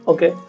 Okay